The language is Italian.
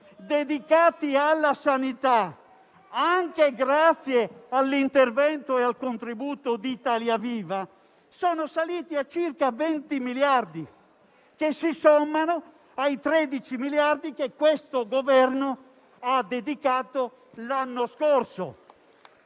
dedicati alla sanità, anche grazie all'intervento e al contributo di Italia Viva, sono saliti a circa 20 miliardi, che si sommano ai 13 miliardi che questo Governo vi ha dedicato l'anno scorso.